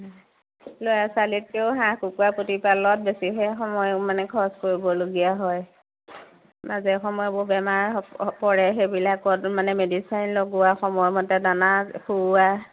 ল'ৰা ছোৱালীতকৈয়ো হাঁহ কুকুৰা প্ৰতিপালনত বেছিহে সময় মানে খৰচ কৰিবলগীয়া হয় মাজে সময়ে এইবোৰ বেমাৰ হ'ব পৰে সেইবিলাকত মানে মেডিচিন লগোৱা সময়মতে দানা খুওৱা